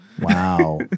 Wow